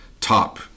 top